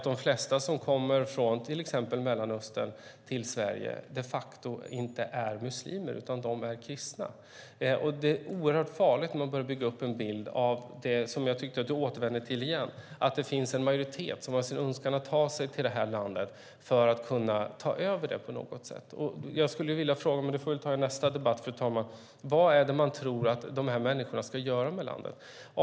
De flesta som kommer från till exempel Mellanöstern till Sverige är inte muslimer, utan de är kristna. Det är oerhört farligt när man börjar bygga upp en bild av, vilket jag tyckte att du återvände till igen, att det finns en majoritet som önskar ta sig till det här landet för att ta över det på något sätt. Jag skulle vilja fråga vad man tror att de här människorna ska göra med landet, men det får vi ta i nästa debatt, fru talman.